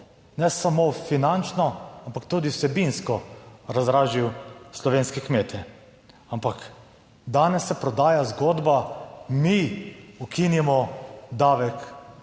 ne samo finančno, ampak tudi vsebinsko razdražil slovenske kmete. Ampak danes se prodaja zgodba, "mi ukinjamo davek